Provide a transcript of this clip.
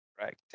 Right